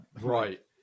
right